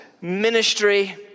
Ministry